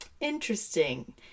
Interesting